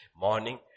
morning